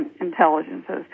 intelligences